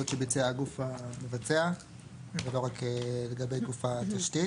שביצע הגוף המבצע ולא רק לגבי גוף התשתית.